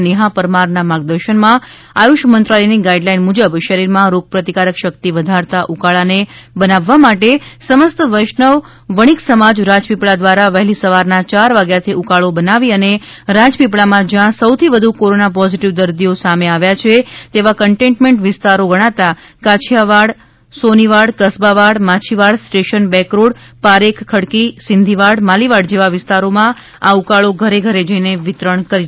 નેહા પરમારના માર્ગદર્શનમાં આયુષ મંત્રાલયની ગાઈડ લાઈન મુજબ શરીરમાં રોગપ્રતિકારક શક્તિ વધારતા ઉકાળાને બનાવવા માટે સમસ્ત વૈષ્ણવ વણિક સમાજ રાજપીપળા દ્વારા વહેલી સવારના ચાર વાગ્યાથી ઉકાળો બનાવી અને રાજપીપળામાં જ્યાં સૌથી વધુ કોરોના પોઝિટિવ દર્દીઓ સામે આવ્યા છે તેવા કન્ટેનમેન્ટ વિસ્તારો ગણાતા કાછીયાવાડ સોનીવાડ કસ્બાવાડ માછીવાડ સ્ટેશન બેકરોડપારેખ ખડકી સિંધીવાડ માલિવાડ જેવા વિસ્તારમાં આ ઉકાળો ઘરે ઘરે જઈ ને વિતરણ કર્યુ હતું